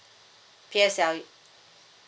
P_S_L_E